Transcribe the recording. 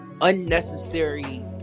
unnecessary